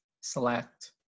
select